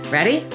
Ready